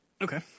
Okay